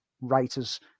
writers